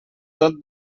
tot